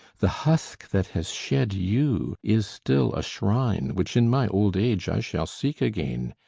the husk that has shed you is still a shrine which in my old age i shall seek again.